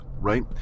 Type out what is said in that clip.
right